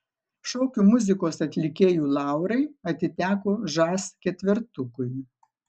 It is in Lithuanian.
šokių muzikos atlikėjų laurai atiteko žas ketvertukui